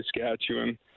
Saskatchewan